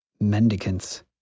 Mendicants